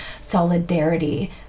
solidarity